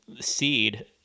seed